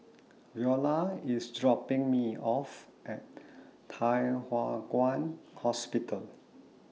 Veola IS dropping Me off At Thye Hua Kwan Hospital